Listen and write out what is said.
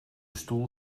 stoel